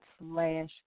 slash